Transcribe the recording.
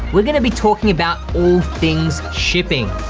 we're gonna be talking about all things shipping.